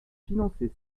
financer